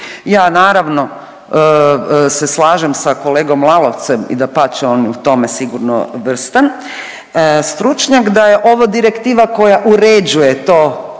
Ja naravno se slažem sa kolegom Lalovcem i dapače on je u tome sigurno vrstan stručnjak, da je ovo direktiva koja uređuje to,